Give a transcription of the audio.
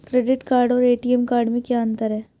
Credit card और ATM card में क्या अंतर है?